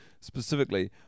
Specifically